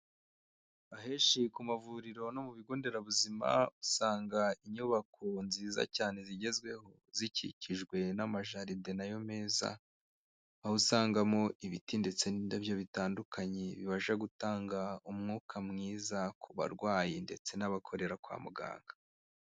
Ahenshi ku mavuriro no mu bigo nderabuzima, usanga inyubako nziza cyane zigezweho zikikijwe n'amajaride nayo meza, aho usangamo ibiti ndetse n'indabyo bitandukanye bibasha gutanga umwuka mwiza ku barwayi ndetse n'abakorera kwa muganga.